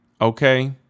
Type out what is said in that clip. Okay